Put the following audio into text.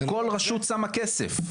כל רשות שמה כסף.